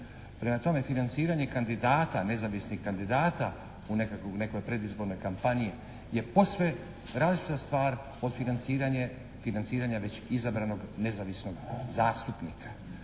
Prema tome, financiranje kandidata, nezavisnih kandidata u nekoj predizbornoj kampanji je posve različita stvar od financiranja već izabranog nezavisnog zastupnika.